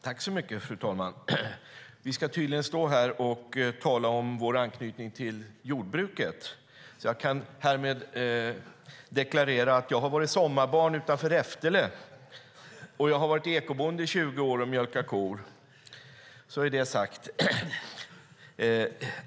Fru talman! Vi ska tydligen stå här och tala om vår anknytning till jordbruket. Jag kan då härmed deklarera att jag har varit sommarbarn utanför Reftele, och jag har varit ekobonde och mjölkat kor i 20 år. Så är det sagt.